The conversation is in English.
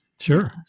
Sure